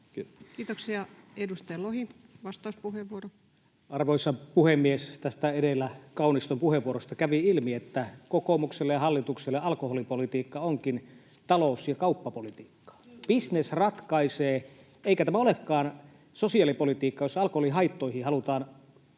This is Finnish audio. Kiitoksia. — Edustaja Lohi, vastauspuheenvuoro. Arvoisa puhemies! Tästä Kauniston puheenvuorosta edellä kävi ilmi, että kokoomukselle ja hallitukselle alkoholipolitiikka onkin talous- ja kauppapolitiikkaa. [Krista Kiuru: Kyllä!] Bisnes ratkaisee, eikä tämä olekaan sosiaalipolitiikkaa, jossa alkoholihaittoihin halutaan